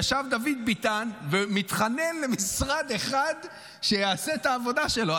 יושב דוד ביטן ומתחנן למשרד אחד שיעשה את העבודה שלו.